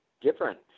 different